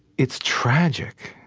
it's tragic,